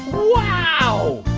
wow.